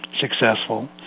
successful